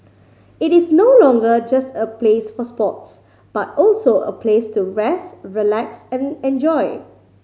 it is no longer just a place for sports but also a place to rest relax and enjoy